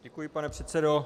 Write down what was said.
Děkuji, pane předsedo.